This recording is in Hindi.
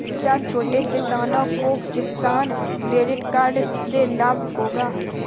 क्या छोटे किसानों को किसान क्रेडिट कार्ड से लाभ होगा?